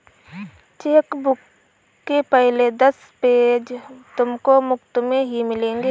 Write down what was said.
chequebook के पहले दस पेज तुमको मुफ़्त में ही मिलेंगे